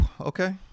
okay